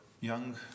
young